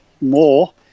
more